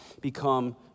become